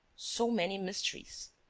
so many mysteries.